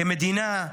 כמדינה,